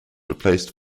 replaced